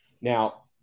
Now